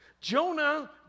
Jonah